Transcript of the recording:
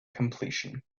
completion